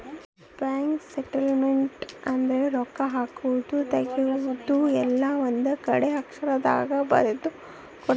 bank statement ಅಂದ್ರ ರೊಕ್ಕ ಹಾಕಿದ್ದು ತೆಗ್ದಿದ್ದು ಎಲ್ಲ ಒಂದ್ ಕಡೆ ಅಕ್ಷರ ದಾಗ ಬರ್ದು ಕೊಡ್ತಾರ